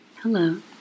Hello